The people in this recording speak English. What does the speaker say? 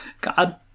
God